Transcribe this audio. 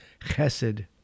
chesed